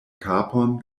kapon